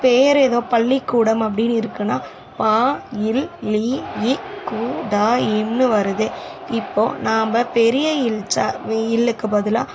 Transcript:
பேர் ஏதோ பள்ளிக்கூடம் அப்படினு இருக்குனா ப ள் ளி க் கூ ட ம்னு வருது இப்போது நாம் பெரிய ள் ள்லுக்கு பதிலாக